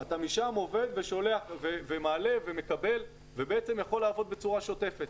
אתה משם עובד ומעלה ומקבל ובעצם יכול לעבוד בצורה שוטפת.